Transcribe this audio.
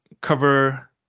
cover